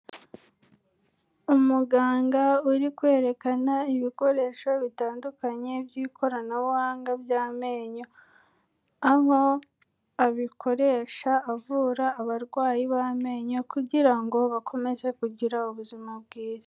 Umuganga uri kwerekana ibikoresho bitandukanye by'ikoranabuhanga by'amenyo, aho abikoresha avura abarwayi b'amenyo kugira ngo bakomeze kugira ubuzima bwiza.